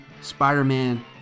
Spider-Man